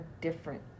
different